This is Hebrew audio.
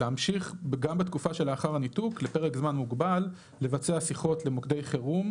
להמשיך גם בתקופה שלאחר הניתוק לפרק זמן מוגבל לבצע שיחות למוקדי חירום